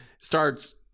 starts